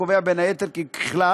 הקובע בין היתר כי ככלל,